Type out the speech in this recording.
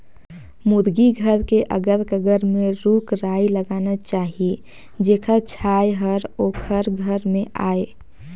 मुरगी घर के अगर कगर में रूख राई लगाना चाही जेखर छांए हर ओखर घर में आय